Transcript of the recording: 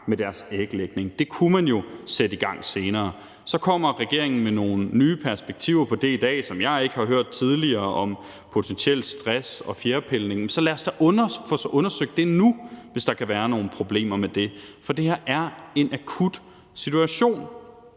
med deres æglægning. Den kunne man jo sætte i gang senere. Så kommer regeringen med nogle nye perspektiver på det i dag, som jeg ikke har hørt tidligere, om potentiel stress og fjerpilning, men så lad os da få undersøgt det nu, hvis der kan være nogle problemer med det, for det her er en akut situation.